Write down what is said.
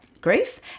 grief